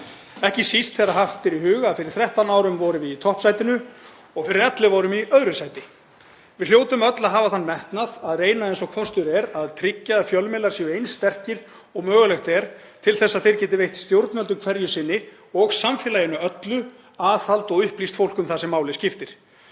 ekki síst þegar haft er í huga að fyrir 13 árum vorum við í toppsætinu og fyrir 11 árum í 2. sæti. Við hljótum öll að hafa þann metnað að reyna eins og kostur er að tryggja að fjölmiðlar séu eins sterkir og mögulegt er til þess að þeir geti veitt stjórnvöldum hverju sinni og samfélaginu öllu aðhald og upplýst fólk um það sem máli skiptir.